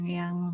yang